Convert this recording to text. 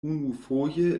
unufoje